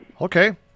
Okay